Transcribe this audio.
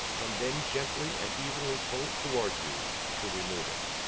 and then gently and evenly pull it toward you to remove it.